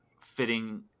fitting